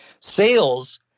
Sales